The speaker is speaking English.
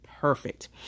perfect